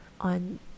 on